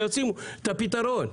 שישימו את הפתרון.